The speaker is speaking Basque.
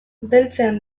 beltzean